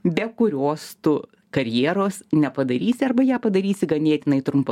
be kurios tu karjeros nepadarysi arba ją padarysi ganėtinai trumpa